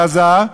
אלעזר,